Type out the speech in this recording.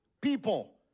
People